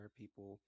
people